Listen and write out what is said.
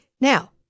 Now